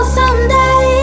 someday